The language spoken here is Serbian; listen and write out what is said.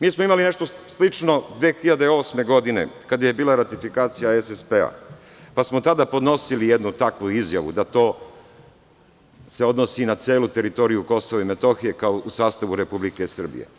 Mi smo imali nešto slično 2008. godine, kada je bila ratifikacija SSP-a, pa smo tada podnosili jednu takvu izjavu da se to odnosi na celu teritoriju Kosova i Metohije, kao u sastavu Republike Srbije.